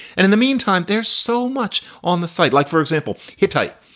and in the meantime, there's so much on the site, like, for example, hittite,